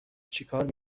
چیکار